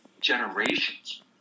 generations